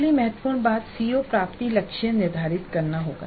अगली महत्वपूर्ण बात सीओ प्राप्ति लक्ष्य निर्धारित करना होगा